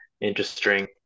interesting